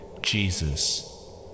Jesus